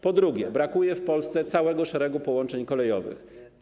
Po drugie, brakuje w Polsce całego szeregu połączeń kolejowych.